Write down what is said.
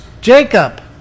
Jacob